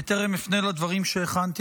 בטרם אפנה לדברים שהכנתי,